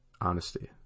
honesty